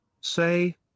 Say